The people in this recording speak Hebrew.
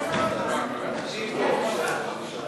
(הצבת יוצאי צבא בשירות בתי-הסוהר)